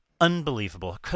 unbelievable